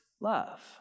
love